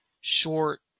short